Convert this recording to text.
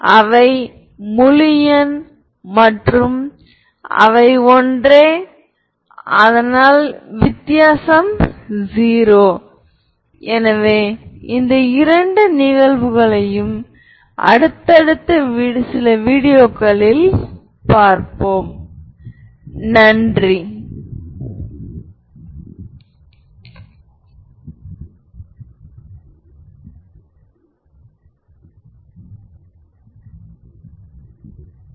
பின்னர் இதை அடுத்த வீடியோவில் பார்க்கலாம்